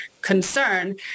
concern